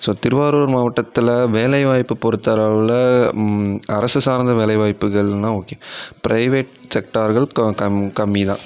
so Tiruvarur மாவட்டத்தில் வேலைவாய்ப்பு பொருத்த அளவில் அரசு சார்ந்த வேலைவாய்ப்புகள்னா ஓகே ப்ரைவேட் செக்டர்கள் கம்மிதான்